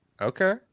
Okay